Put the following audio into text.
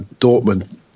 Dortmund